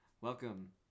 Welcome